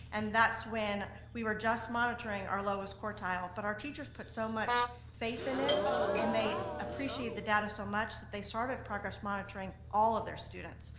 and that's when we were just monitoring our lowest quartile. but our teaches put so so much faith in it and they appreciate the data so much that they started progress monitoring all of their students.